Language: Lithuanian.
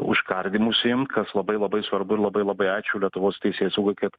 užkardymu užsiimt kas labai labai svarbu ir labai labai ačiū lietuvos teisėsaugai kad